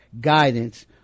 guidance